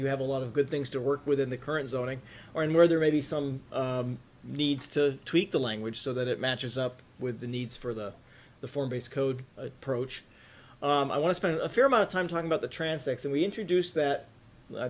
you have a lot of good things to work with in the current zoning or and where there may be some needs to tweak the language so that it matches up with the needs for the the form base code approach i want to spend a fair amount of time talking about the transects and we introduced that i